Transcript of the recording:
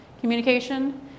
communication